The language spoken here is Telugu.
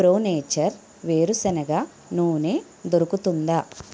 ప్రో నేచర్ వేరుశనగ నూనె దొరుకుతుందా